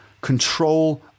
control